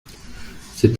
c’est